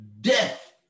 death